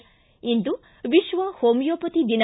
ಿ ಇಂದು ವಿಶ್ವ ಹೊಮಿಯೋಪತಿ ದಿನ